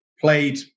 played